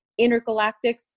intergalactics